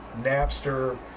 Napster